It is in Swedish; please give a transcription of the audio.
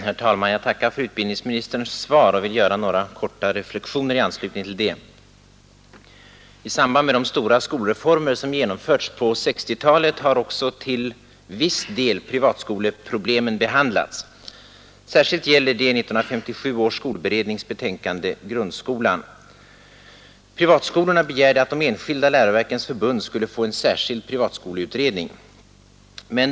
Herr talman! Jag tackar för utbildningsministerns svar och vill göra några korta reflexioner i anslutning till det. I samband med de stora skolreformer som genomförts på 1960-talet har också till viss del privatskoleproblemen behandlats. Särskilt gäller det 1957 års skolberednings betänkande Grundskolan. Privatskolorna begärde att de enskilda läroverkens förbund skulle få en särskild privatskoleutredning.